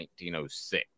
1906